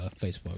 Facebook